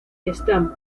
estambul